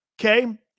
Okay